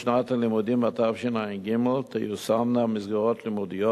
בשנת הלימודים התשע"ג תיושמנה מסגרות לימודיות